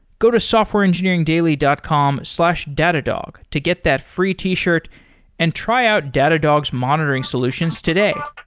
go to softwareengineeringdaily dot com slash datadog to get that free t-shirt and try out datadog's monitoring solutions today.